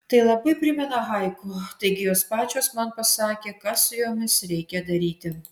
tai labai primena haiku taigi jos pačios man pasakė ką su jomis reikia daryti